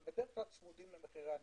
הם בדרך כלל צמודים למחירי הנפט.